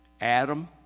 Adam